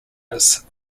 its